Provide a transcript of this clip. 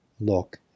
look